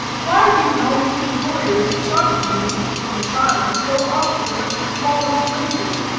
why do knowing employers shun youths from asylums, though offered them at the smallest wages?